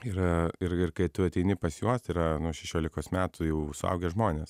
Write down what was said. ir ir ir kai tu ateini pas juos tai yra nu šešiolikos metų jau suaugę žmonės